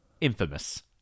infamous